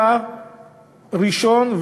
רבע ראשון,